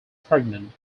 pregnant